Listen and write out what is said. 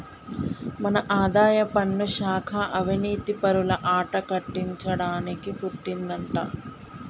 మన ఆదాయపన్ను శాఖ అవనీతిపరుల ఆట కట్టించడానికి పుట్టిందంటా